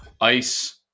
ice